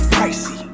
Pricey